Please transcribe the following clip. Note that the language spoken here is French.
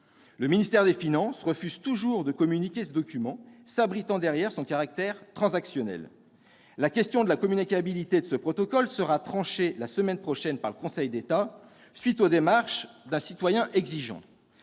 Le ministère des finances refuse toujours de communiquer ce document, s'abritant derrière son « caractère transactionnel ». La question de la communicabilité de ce protocole sera tranchée la semaine prochaine par le Conseil d'État, à la suite des démarches d'un citoyen exigeant,